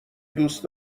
دوست